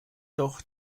doch